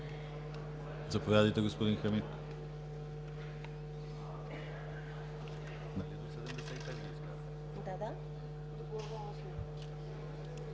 Заповядайте, господин Хамид.